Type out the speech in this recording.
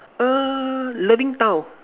err loving town